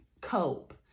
cope